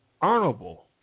honorable